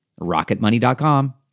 rocketmoney.com